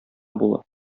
була